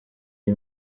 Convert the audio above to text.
iyi